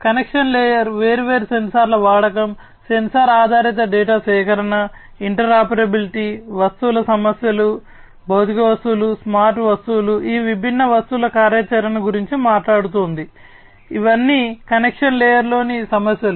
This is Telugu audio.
కనెక్షన్ లేయర్ వేర్వేరు సెన్సార్ల వాడకం సెన్సార్ ఆధారిత డేటా సేకరణ ఇంటర్ఆపెరాబిలిటీ వస్తువుల సమస్యలు భౌతిక వస్తువులు స్మార్ట్ వస్తువులు ఈ విభిన్న వస్తువుల కార్యాచరణ గురించి మాట్లాడుతోంది ఇవన్నీ కనెక్షన్ లేయర్లోని సమస్యలు